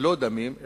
ללא דמים,